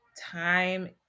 time